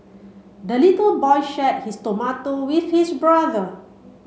the little boy shared his tomato with his brother